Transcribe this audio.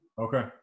okay